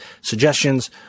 suggestions